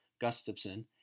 Gustafson